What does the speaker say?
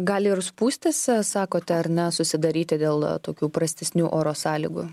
gal ir spūstys sakote ar ne susidaryti dėl tokių prastesnių oro sąlygų